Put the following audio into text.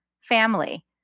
family